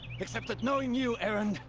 except that knowing you, erend.